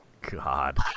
God